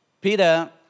Peter